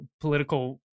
political